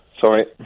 Sorry